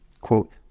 Quote